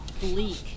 Bleak